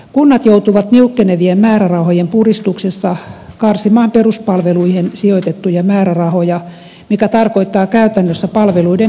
kunnat joutuvat niukkenevien määrärahojen puristuksessa karsimaan peruspalveluihin sijoitettuja määrärahoja mikä tarkoittaa käytännössä palveluiden heikentymistä